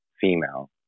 female